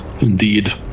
Indeed